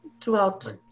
throughout